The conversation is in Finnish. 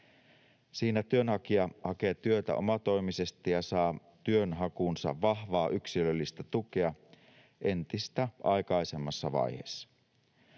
Siinä työnhakija hakee työtä omatoimisesti ja saa työnhakuunsa vahvaa yksilöllistä tukea entistä aikaisemmassa vaiheessa.